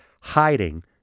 hiding